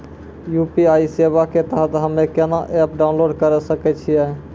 UPI सेवा के तहत हम्मे केना एप्प डाउनलोड करे सकय छियै?